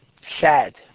Sad